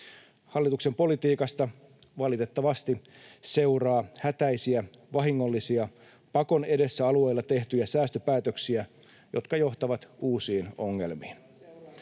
Hallituksen politiikasta, valitettavasti, seuraa hätäisiä, vahingollisia, pakon edessä alueilla tehtyjä säästöpäätöksiä, jotka johtavat uusiin ongelmiin.